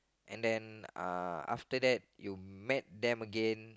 and then uh after that you met them again